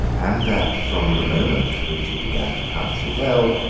and that, from the moment at which he began to counsel well,